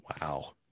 Wow